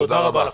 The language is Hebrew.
תודה רבה לכם.